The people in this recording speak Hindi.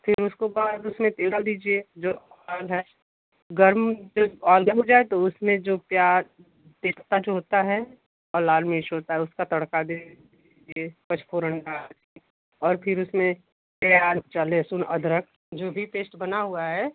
फिन उसके बाद उसमें तेल डाल दीजिए जो आयल है गर्म ऑइल गर्म हो जाए तो उसमें जो प्याज तेजपत्ता जो होता है और लाल मिर्च होता है उसका तड़का दे दीजिए पाँचफोड़न का और फिर उसमें प्याज का लहसुन अदरक जो भी पेस्ट बना हुआ है